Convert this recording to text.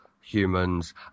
humans